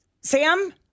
Sam